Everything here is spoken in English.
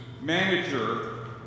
manager